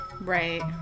Right